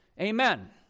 Amen